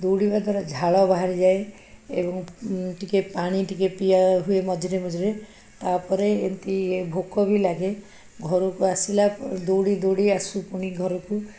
ଦୌଡ଼ିବା ଦ୍ୱାରା ଝାଳ ବାହାରିଯାଏ ଏବଂ ଟିକେ ପାଣି ଟିକେ ପିଆ ହୁଏ ମଝିରେ ମଝିରେ ତା'ପରେ ଏମିତି ଭୋକ ବି ଲାଗେ ଘରକୁ ଆସିଲା ଦୌଡ଼ି ଦୌଡ଼ି ଆସୁ ପୁଣି ଘରକୁ